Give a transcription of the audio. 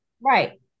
right